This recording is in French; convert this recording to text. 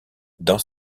dans